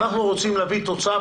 אנחנו רוצים להביא תוצאה,